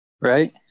right